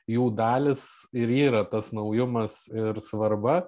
jų dalys ir yra tas naujumas ir svarba